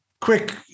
quick